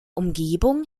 umgebung